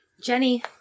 Jenny